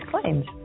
claims